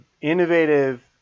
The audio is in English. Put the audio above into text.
innovative